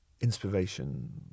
inspiration